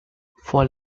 vor